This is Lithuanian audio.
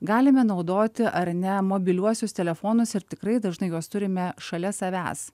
galime naudoti ar ne mobiliuosius telefonus ir tikrai dažnai juos turime šalia savęs